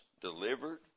delivered